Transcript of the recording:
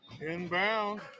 Inbound